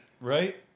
right